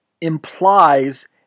implies